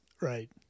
Right